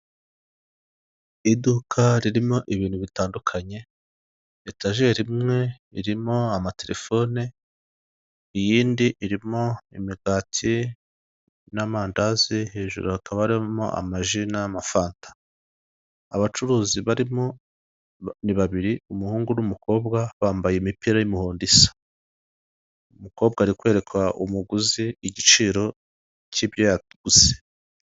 Iduka ririmo ibintu bitandukanye, etajeri imwe irimo amatelefone, iyindi irimo imigati n'amandazi hejuru hakaba harimo amaji n'amafanta. Abacuruzi barimo ni babiri umuhungu n'umukobwa bambaye imipira y'umuhondo isa. Umukobwa ari kwereka umuguzi igiciro cy'ibyo yaguze.